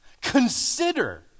consider